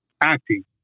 acting